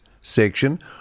section